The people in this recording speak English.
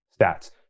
stats